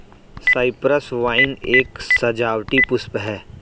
Cyprus vine एक सजावटी पुष्प है